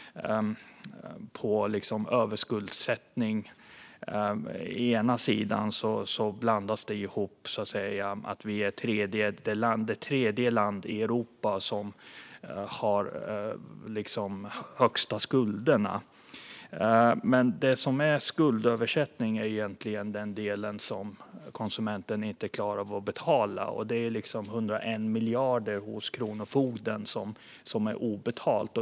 Överskuldsättning blandas ihop med att Sverige kommer på tredje plats när det gäller vilket land i Europa som har de högsta skulderna. Men överskuldsättning är egentligen den delen som konsumenten inte klarar av att betala. Obetalda skulder på 101 miljarder finns hos Kronofogden.